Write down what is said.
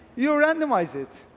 you randomize it,